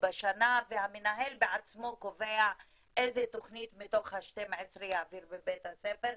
בשנה והמנהל בעצמו קובע איזה תוכנית מתוך ה-12 הוא יעביר בבית הספר.